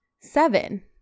seven